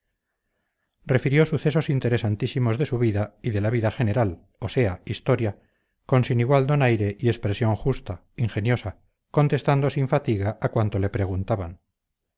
refirió sucesos interesantísimos de su vida y de la vida general o sea historia con sin igual donaire y expresión justa ingeniosa contestando sin fatiga a cuanto le preguntaban